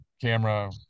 camera